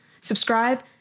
Subscribe